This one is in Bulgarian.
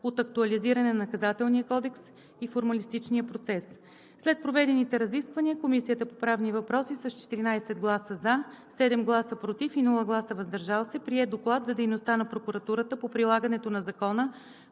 от актуализиране на Наказателния кодекс и формалистичния процес. След проведените разисквания Комисията по правни въпроси с 14 гласа „за“, 7 гласа „против“ и без „въздържал се“ прие Доклад за дейността на прокуратурата по прилагането на закона